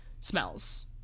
smells